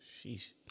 Sheesh